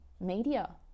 media